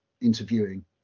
interviewing